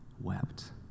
wept